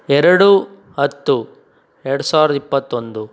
ಎರಡು ಹತ್ತು ಎರಡು ಸಾವಿರದ ಇಪ್ಪತ್ತೊಂದು